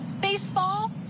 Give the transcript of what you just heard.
baseball